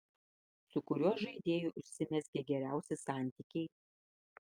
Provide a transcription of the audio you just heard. su kuriuo žaidėju užsimezgė geriausi santykiai